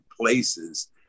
places